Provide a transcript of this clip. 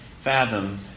fathom